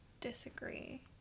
disagree